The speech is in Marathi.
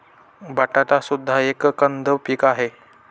बटाटा सुद्धा एक कंद पीक आहे